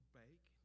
bake